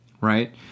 Right